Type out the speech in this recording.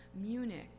Munich